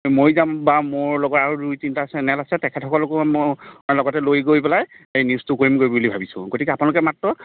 মই যাম বা মোৰ লগৰ আৰু দুই তিনিটা চেনেল আছে তেখেতসকলকো মই লগতে লৈ গৈ পেলাই নিউজটো কৰিমগৈ বুলি ভাবিছোঁ গতিকে আপোনালোকে মাত্ৰ